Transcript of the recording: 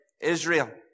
Israel